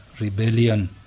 rebellion